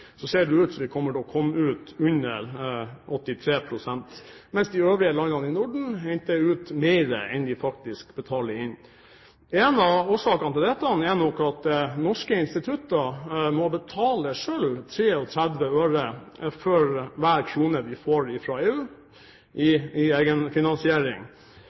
ser det ut som om vi kommer til å komme ut med under 83 pst., mens de øvrige landene i Norden henter ut mer enn de faktisk betaler inn. En av årsakene til dette er nok at norske institutter selv må betale 33 øre for hver krone de får fra EU i